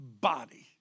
body